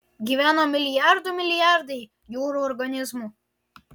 gyveno milijardų milijardai jūrų organizmų